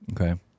Okay